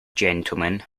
gentlemen